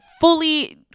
fully